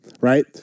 right